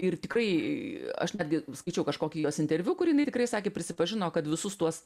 ir tikrai kai aš netgi skaičiau kažkokį jos interviu kur jinai tikrai sakė prisipažino kad visus tuos